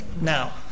Now